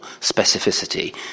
specificity